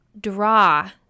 draw